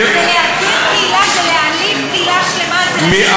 ואני בפירוש בא קודם כול לפתור בעיה של קהילה גדולה,